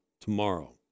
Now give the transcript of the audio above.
tomorrow